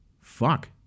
fuck